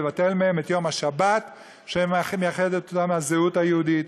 לבטל מהם את יום השבת שמייחד את הזהות היהודית.